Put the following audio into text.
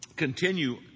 Continue